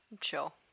Chill